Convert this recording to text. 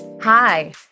Hi